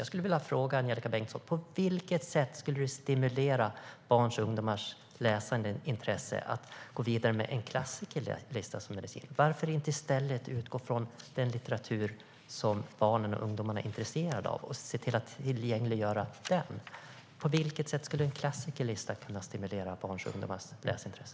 Jag skulle vilja fråga Angelika Bengtsson på vilket sätt det skulle stimulera barns och ungdomars intresse för läsande att gå vidare med en klassikerlista som medicin. Varför inte i stället utgå från den litteratur som barnen och ungdomarna är intresserade av och se till att tillgängliggöra den? På vilket sätt skulle en klassikerlista kunna se till att stimulera barns och ungdomars läsintresse?